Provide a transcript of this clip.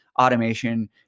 automation